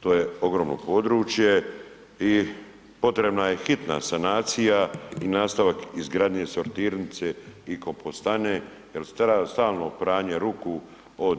To je ogromno područje i potrebna je hitna sanacija i nastavak izgradnje sortirnice i kompostane jer stalno pranje ruku od